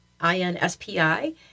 INSPI